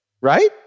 right